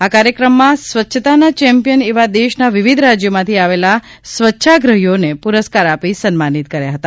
આ કાર્યક્રમમાં સ્વચ્છતાના ચેમ્પિયન એવા દેશના વિવિધ રાજ્યોમાંથી આવેલા સ્વચ્છાગ્રહીઓને પુરસ્કાર આપી સન્માનિત કર્યા હતા